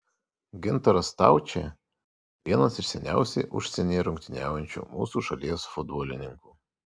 gintaras staučė vienas iš seniausiai užsienyje rungtyniaujančių mūsų šalies futbolininkų